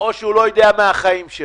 מחר זה ה-12 במאי ואני בקשר עם רשות המסים.